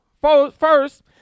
First